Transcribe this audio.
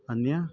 अन्यत्